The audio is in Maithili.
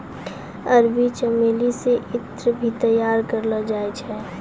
अरबी चमेली से ईत्र भी तैयार करलो जाय छै